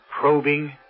probing